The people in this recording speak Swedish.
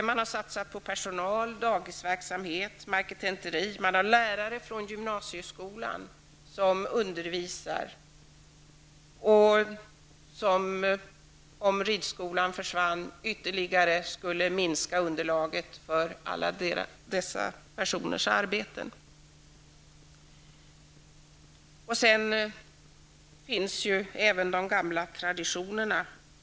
Man har satsat på personal, på dagisverksamhet, på marketenteri, på lärare från gymnasieskolan som undervisar och som -- om ridskolan försvann -- ytterligare skulle minska underlaget för alla dessa människors arbetstillfällen. Sedan har vi också gamla traditioner i det här området.